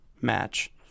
match